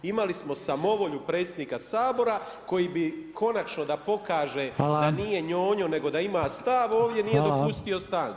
Imali smo samovolju predsjednika Sabora, koji bi konačno da pokaže, da nije Njonjo, nego da ima stav ovdje, nije dopustio stanku.